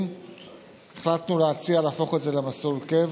תקנות שעת חירום (נגיף הקורונה החדש,